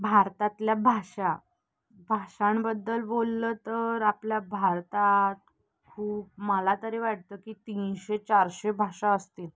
भारतातल्या भाषा भाषांबद्दल बोललं तर आपल्या भारतात खूप मला तरी वाटतं की तीनशे चारशे भाषा असतील